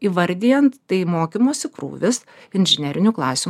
įvardijant tai mokymosi krūvis inžinerinių klasių